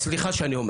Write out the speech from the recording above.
אני באתי לדבר אליכם.